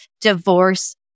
Divorce